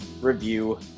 review